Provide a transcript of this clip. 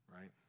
Right